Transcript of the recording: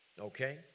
okay